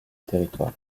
territoire